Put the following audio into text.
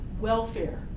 welfare